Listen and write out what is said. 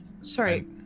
Sorry